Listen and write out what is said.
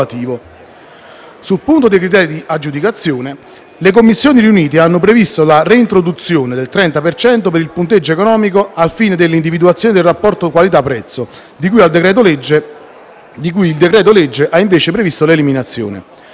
Sul punto dei criteri di aggiudicazione, le Commissioni riunite hanno previsto la reintroduzione del tetto del 30 per cento per il punteggio economico ai fini dell'individuazione del rapporto qualità/prezzo, di cui il decreto-legge ha invece sancito l'eliminazione.